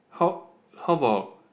how how about